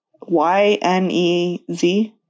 Y-N-E-Z